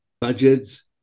budgets